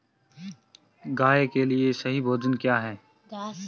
गाय के लिए सही भोजन क्या है?